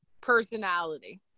personality